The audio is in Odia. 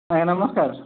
ଆଜ୍ଞା ନମସ୍କାର